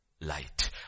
light